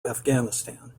afghanistan